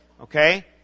Okay